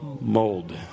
Mold